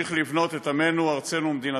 נמשיך לבנות את עמנו, ארצנו ומדינתנו.